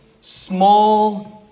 small